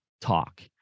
talk